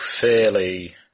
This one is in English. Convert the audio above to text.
fairly